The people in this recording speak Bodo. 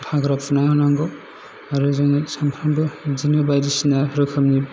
हाग्रा फुना होनांगौ आरो जोङो सामफ्रोमबो बिदिनो बायदिसिना रोखोमनि